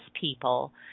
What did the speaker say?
people